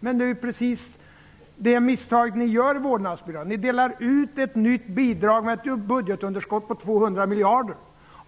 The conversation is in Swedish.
Men det är precis det misstag ni gör med vårdnadsbidraget. Ni delar ut ett nytt bidrag då det finns ett budgetunderskott på 200 miljarder kronor.